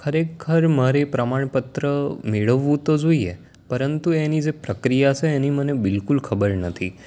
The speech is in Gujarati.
ખરેખર મારે પ્રમાણ પત્ર મેળવવું તો જોઈએ પરંતુ એની જે પ્રક્રિયા છે એની મને બિલકુલ ખબર નથી